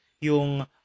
yung